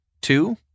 Two